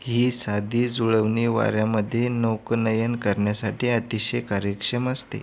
ही साधी जुळवणी वाऱ्यामध्ये नौकानयन करण्यासाठी अतिशय कार्यक्षम असते